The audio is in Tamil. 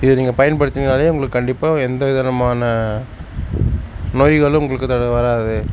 இதை நீங்கள் பயன்படுத்தினீங்கனாலே உங்களுக்கு கண்டிப்பாக எந்த விதமான நோய்களும் உங்களுக்கு வராது